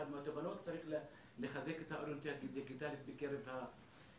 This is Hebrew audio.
אחת מהתובנות זה שצריך לחזק את האוריינות הדיגיטלית בקרב ההורים.